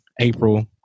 april